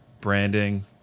branding